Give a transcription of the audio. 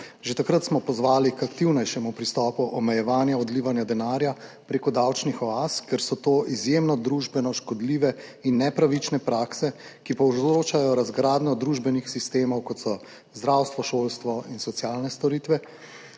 Že takrat smo pozvali k aktivnejšemu pristopu omejevanja odlivanja denarja preko davčnih oaz, ker so to izjemno družbeno škodljive in nepravične prakse, ki povzročajo razgradnjo družbenih sistemov, kot so zdravstvo, šolstvo in socialne storitve.